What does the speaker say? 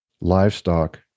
livestock